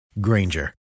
Granger